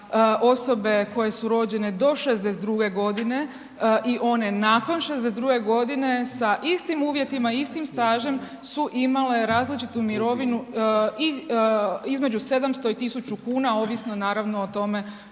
osobe koje su rođene do '62. godine i one nakon '62. godine sa istim uvjetima, istim stažem su imale različitu mirovinu između 700 i 1.000 kuna ovisno naravno o tome